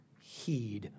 heed